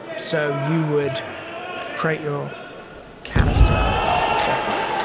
so you would create your canister software.